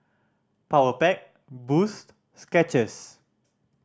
Powerpac Boost Skechers